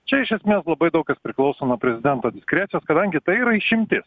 čia iš esmės labai daug kas priklauso nuo prezidento diskrecijos kadangi tai yra išimtis